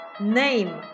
name